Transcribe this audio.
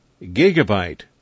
gigabyte